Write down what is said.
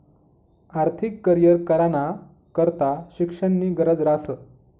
आर्थिक करीयर कराना करता शिक्षणनी गरज ह्रास